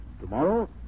Tomorrow